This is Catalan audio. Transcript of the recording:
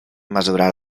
mesurar